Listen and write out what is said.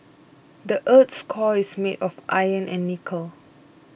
the earth's core is made of iron and nickel